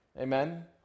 Amen